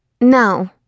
no